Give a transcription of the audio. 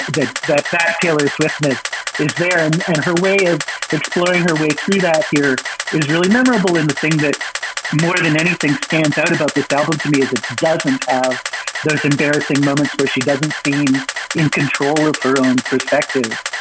that that that taylor swift ness is there. and and her way of exploring her way through that here is really memorable in the thing that more than anything stands out about this album to me is it doesn't have those embarrassing moments where she doesn't seem in control of her own perspective,